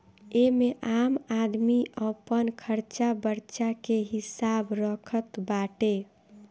एमे आम आदमी अपन खरचा बर्चा के हिसाब रखत बाटे